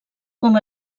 com